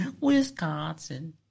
Wisconsin